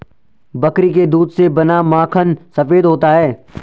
बकरी के दूध से बना माखन सफेद होता है